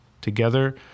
together